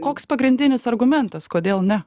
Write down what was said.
koks pagrindinis argumentas kodėl ne